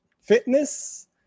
fitness